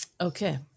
Okay